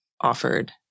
offered